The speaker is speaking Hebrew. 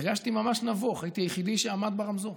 הרגשתי ממש נבוך, הייתי היחידי שעמד ברמזור,